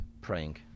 praying